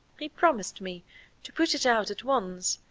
he promised me to put it out at once,